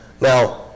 now